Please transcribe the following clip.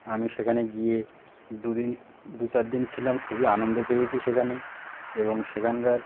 আমি সেখানে গিয়ে দুদিন দু চার দিন ছিলাম খুবই আনন্দ পেয়েছি সেখানে এবং সেখানকার